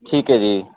ਠੀਕ ਹੈ ਜੀ